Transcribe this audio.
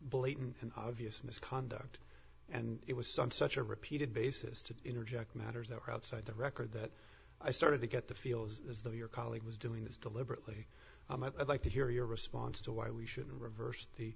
blatant and obvious misconduct and it was some such a repeated basis to interject matters that were outside the record that i started to get the feels as though your colleague was doing this deliberately i might like to hear your response to why we shouldn't reverse the